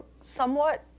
somewhat